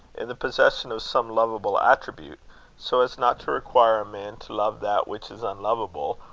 in the possession of some lovable attribute so as not to require a man to love that which is unlovable,